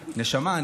נשמה,